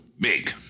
big